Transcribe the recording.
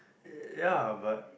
ya but